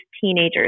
teenagers